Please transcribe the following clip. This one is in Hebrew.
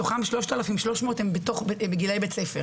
מתוכם 3,300 הם בגילי בית ספר